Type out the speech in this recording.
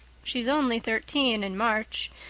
she's only thirteen in march.